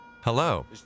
Hello